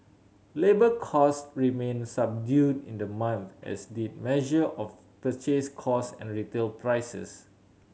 labour costs remained subdued in the month as did measure of purchase costs and retail prices